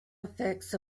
effects